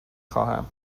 خواهم